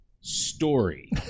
story